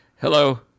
hello